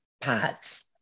paths